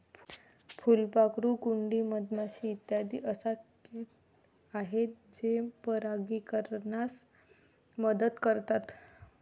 फुलपाखरू, कुंडी, मधमाशी इत्यादी अशा किट आहेत जे परागीकरणास मदत करतात